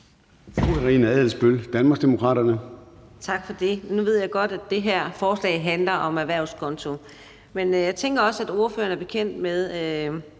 Tak for det. Nu ved jeg godt, at det her forslag handler om erhvervskonto, men jeg tænker også, at ordføreren er bekendt med,